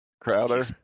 Crowder